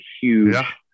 huge